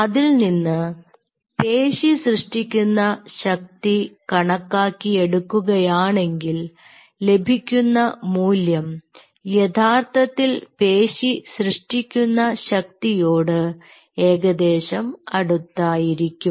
അതിൽനിന്ന് പേശി സൃഷ്ടിക്കുന്ന ശക്തി കണക്കാക്കി എടുക്കുകയാണെങ്കിൽ ലഭിക്കുന്ന മൂല്യം യഥാർത്ഥത്തിൽ പേശി സൃഷ്ടിക്കുന്ന ശക്തിയോട് ഏകദേശം അടുത്തായിരിക്കും